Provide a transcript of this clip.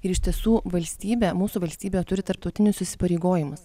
ir iš tiesų valstybė mūsų valstybė turi tarptautinius įsipareigojimus